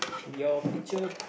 your picture